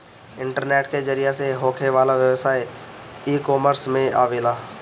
internet के जरिया से होखे वाला व्यवसाय इकॉमर्स में आवेला